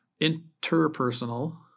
interpersonal